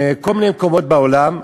מכל מיני מקומות בעולם,